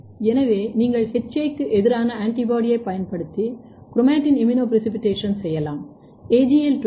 எனவே நீங்கள் HA க்கு எதிரான ஆன்டிபாடியைப் பயன்படுத்தி குரோமாடின் இம்யூனோபிரெசிபிட்டேஷன் செய்யலாம்